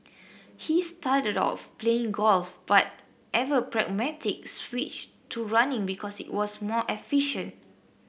he started off playing golf but ever pragmatic switched to running because it was more efficient